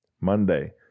Monday